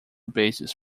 bases